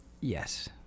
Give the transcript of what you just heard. Yes